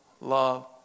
love